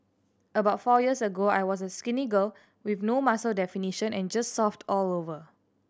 about four years ago I was a skinny girl with no muscle definition and just soft all over